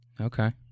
Okay